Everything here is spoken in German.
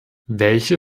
welche